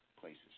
places